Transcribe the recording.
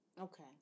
Okay